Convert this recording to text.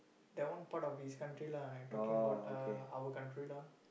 that one part of his country lah I talking about uh our country lor